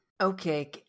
Okay